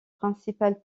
principal